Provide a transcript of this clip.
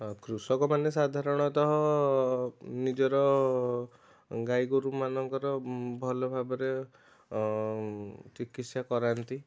କୃଷକମାନେ ସାଧାରଣତଃ ନିଜର ଗାଈ ଗୋରୁମାନଙ୍କର ଭଲ ଭାବରେ ଚିକିତ୍ସା କରାନ୍ତି